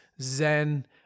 zen